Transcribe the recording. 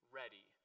ready